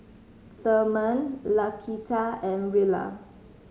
Therman Laquita and Willa